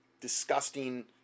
disgusting